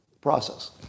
process